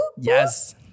Yes